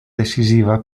decisiva